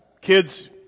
Kids